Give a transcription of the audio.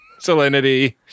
salinity